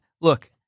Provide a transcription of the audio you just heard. Look